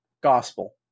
gospel